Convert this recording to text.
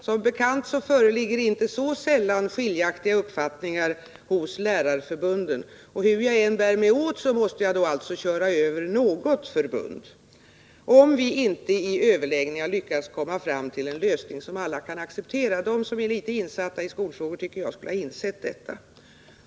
Som bekant föreligger inte så sällan skiljaktiga uppfattningar hos lärarförbunden, och hur jag än bär mig åt måste jag alltså köra över något förbund, om vi inte i överläggningar lyckas komma fram till en lösning som alla kan acceptera. Jag tycker att de som är litet insatta i skolfrågor skulle ha insett detta.